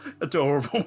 Adorable